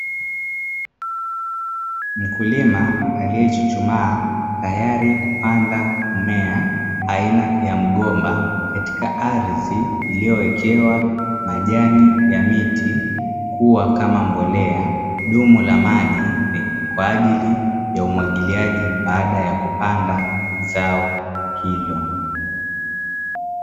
Mkulima aliyechuchumaa tayari kupanda mmea aina ya mgomba, katika ardhi iliyowekewa majani ya miti kuwa kama mbolea dumu la maji kwa ajili ya umwagiliaji baada ya kupanda zao hilo